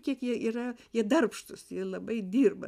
kiek jie yra jie darbštūs jie labai dirba